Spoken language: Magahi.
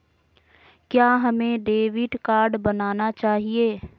क्या हमें डेबिट कार्ड बनाना चाहिए?